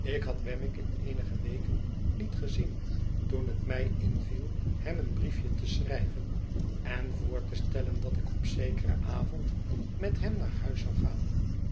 ik had wemmick in eenige weken niet gezien toen het mij inviel hem een brief je te schrijven en voor te stellen dat ik op zekeren avond met hem naar huis zou gaan